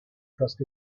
trust